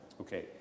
Okay